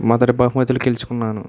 మొదటి బహుమతులు గెలుచుకున్నాను